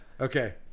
Okay